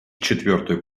четвертую